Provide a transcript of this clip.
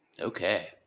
Okay